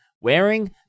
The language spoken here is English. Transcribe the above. wearing